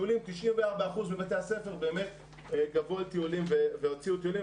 94% מבתי הספר גבו על טיולים והוציאו טיולים,